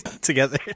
together